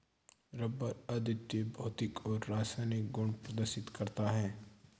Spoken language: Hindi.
रबर अद्वितीय भौतिक और रासायनिक गुण प्रदर्शित करता है